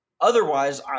Otherwise